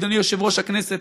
אדוני יושב-ראש הכנסת,